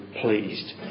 pleased